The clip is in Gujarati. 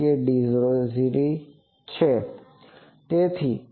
તેથી Cn12π k0d2k0d2cos nu du 12πsin n k0d2